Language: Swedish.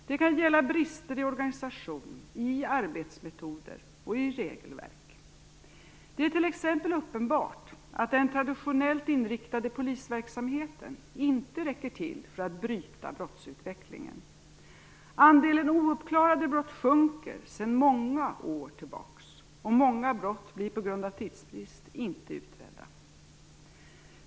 Det kan gälla brister i organisation, i arbetsmetoder och i regelverk. Det är t.ex. uppenbart att den traditionellt inriktade polisverksamheten inte räcker till för att bryta brottsutvecklingen. Andelen uppklarade brott sjunker sedan många år tillbaka, och många brott blir på grund av tidsbrist inte utredda.